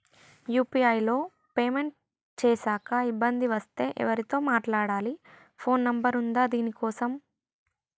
UPI లో payment చేశాక ఇబ్బంది వస్తే ఎవరితో మాట్లాడాలి? ఫోన్ నంబర్ ఉందా దీనికోసం?